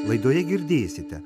laidoje girdėsite